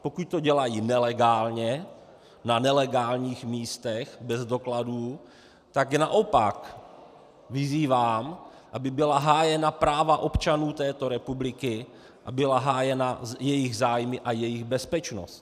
Pokud to dělají nelegálně, na nelegálních místech bez dokladů, tak naopak vyzývám, aby byla hájena práva občanů této republiky a byly hájeny jejich zájmy a jejich bezpečnost.